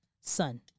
Son